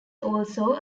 also